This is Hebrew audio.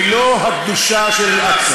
היא לא הקדושה של אל-אקצא.